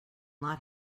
not